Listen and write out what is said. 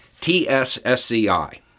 TSSCI